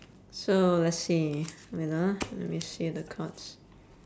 so let's see wait ah let me see the cards